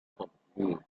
complete